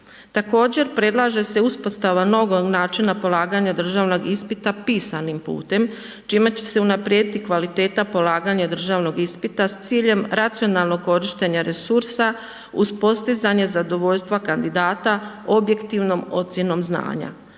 Također predlaže se uspostava novog načina polaganje državnog ispita pisanim putem, čime će se unaprijediti kvaliteta polaganja državnog ispita, s ciljem racionalnog korištenja resursa, uz postizanje zadovoljstva kandidata objektivnom ocjenom znanja.